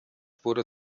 wurde